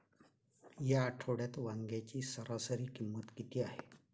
या आठवड्यात वांग्याची सरासरी किंमत किती आहे?